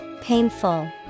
Painful